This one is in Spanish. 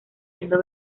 siendo